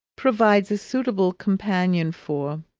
provides a suitable companion for